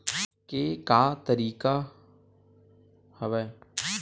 के का तरीका हवय?